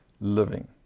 living